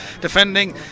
defending